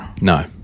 No